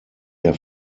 der